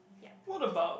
yup